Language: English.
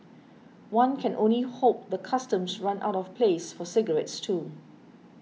one can only hope the Customs runs out of place for cigarettes too